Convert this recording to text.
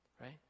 right